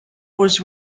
was